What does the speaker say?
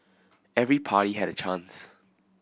every party had a chance